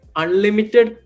unlimited